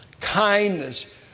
kindness